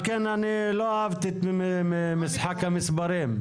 לכן לא אהבתי את משחק המספרים.